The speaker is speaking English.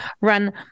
run